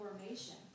formation